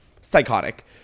Psychotic